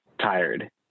tired